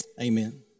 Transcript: amen